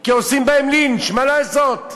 כי עושים בהם לינץ', מה לעשות.